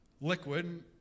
liquid